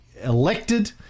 elected